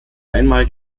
einmal